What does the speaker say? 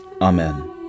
Amen